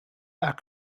are